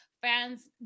fans